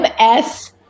MS